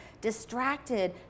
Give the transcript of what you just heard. distracted